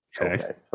Okay